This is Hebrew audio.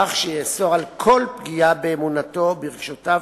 כך שיאסור כל פגיעה באמונתו או ברגשותיו